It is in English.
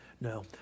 No